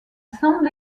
semble